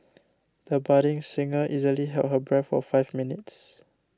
the budding singer easily held her breath for five minutes